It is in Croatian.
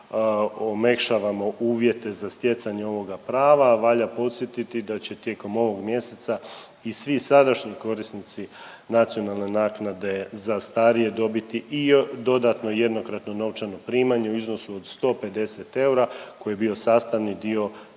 omekšavamo uvjete za stjecanje ovoga prava, a valja podsjetiti da će tijekom ovog mjeseca i svi sadašnji korisnici nacionalne naknade za starije dobiti i dodatno jednokratno novčano primanje u iznosu od 150 eura koji je bio sastavni dio